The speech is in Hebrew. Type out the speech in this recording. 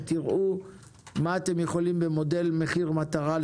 ותראו מה אתם יכולים לשפר במודל מחיר מטרה.